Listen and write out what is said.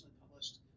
published